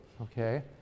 okay